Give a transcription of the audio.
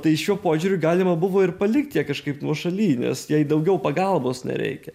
tai šiuo požiūriu galima buvo ir palikt ją kažkaip nuošaly nes jai daugiau pagalbos nereikia